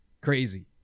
Crazy